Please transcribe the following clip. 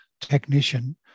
technician